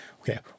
okay